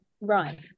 right